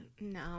no